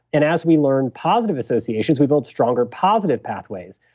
and as we learn positive associations, we build stronger positive pathways.